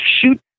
shoot